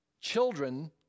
children